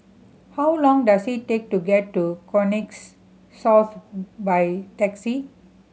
how long does it take to get to Connexis South by taxi